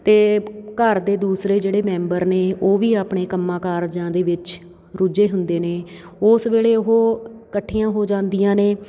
ਅਤੇ ਘਰ ਦੇ ਦੂਸਰੇ ਜਿਹੜੇ ਮੈਂਬਰ ਨੇ ਉਹ ਵੀ ਆਪਣੇ ਕੰਮਾਂ ਕਾਰਜਾਂ ਦੇ ਵਿੱਚ ਰੁੱਝੇ ਹੁੰਦੇ ਨੇ ਉਸ ਵੇਲੇ ਉਹ ਇਕੱਠੀਆਂ ਹੋ ਜਾਂਦੀਆਂ ਨੇ